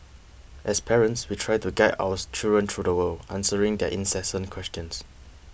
as parents we try to guide our children through the world answering their incessant questions